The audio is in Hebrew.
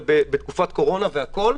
בתקופת הקורונה והכול,